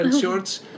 shorts